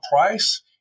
price